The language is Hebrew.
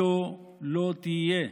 היה לא תהיה.